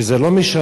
שזה לא משנה.